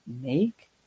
make